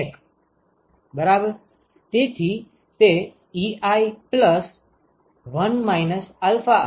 તેથી તે Ei1 iGi હોવું જોઈએ બરાબર